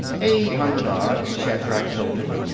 eight hundred odd, shatrak told him.